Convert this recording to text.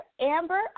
Amber